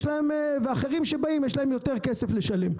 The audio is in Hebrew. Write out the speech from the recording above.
ואחרים שבאים, יש להם יותר כסף לשלם.